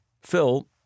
Phil